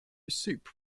soup